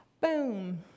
boom